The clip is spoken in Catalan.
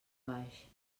baix